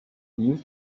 kneels